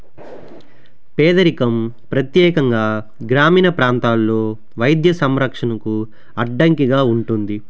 పేదరికం ప్రత్యేకంగా గ్రామీణ ప్రాంతాల్లో వైద్య సంరక్షణకు అడ్డంకిగా ఉంటుంది